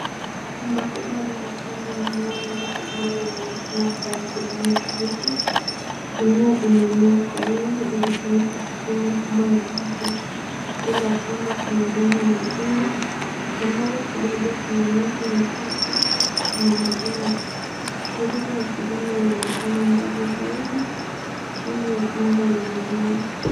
Shamba kubwa limepandwa mimea mingi ambayo yanaonekana kuwa ya kijani kibichi. Mimea imemea kwa wingi ikifunika sehemu kubwa ya ardhi. Mbele ya shamba kuna udongo mwekundu na mbali kidogo kuna miti michache na majengo. Milima ya kijani inaonekana mbali zaidi, chini ya anga la mawingu.